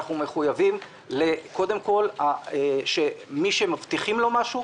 אנחנו מחויבים קודם כול לכך שמי שמבטיחים לו משהו,